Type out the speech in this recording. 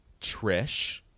Trish